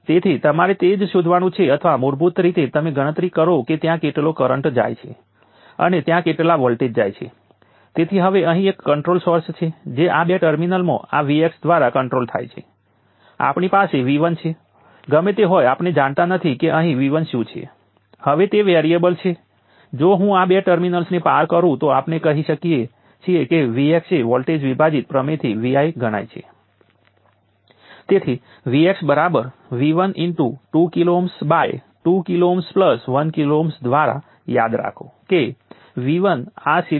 તેથી મૂળભૂત રીતે કેપેસિટરને આપવામાં આવતી એનર્જી કંઈ જ નથી પરંતુ C ને અહીંથી બે વડે ભાગવામાં આવે તો V2ના ટાઈમના ડેરિવેટિવના ટાઈમનો ઇન્ટિગ્રલ ટાઈમ આપણી પાસે V2નું ટાઈમ ડેરિવેટિવ છે અને આપણે ટાઈમના રેફરન્સમાં ઇન્ટિગ્રેટ કરીએ છીએ